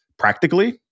Practically